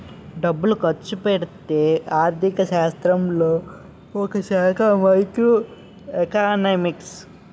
డబ్బులు ఖర్చుపెట్టే ఆర్థిక శాస్త్రంలో ఒకశాఖ మైక్రో ఎకనామిక్స్